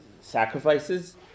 sacrifices